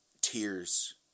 tears